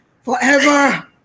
forever